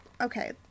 okay